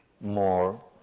more